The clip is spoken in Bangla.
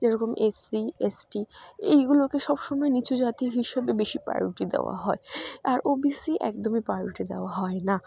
যেরকম এস সি এস টি এগুলোকে সবসময় নিচু জাতি হিসাবে বেশি প্রায়োরিটি দেওয়া হয় আর ও বি সি একদমই প্রায়োরিটি দেওয়া হয় না